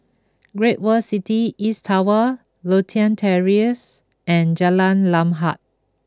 Great World City East Tower Lothian Terrace and Jalan Lam Huat